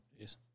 Yes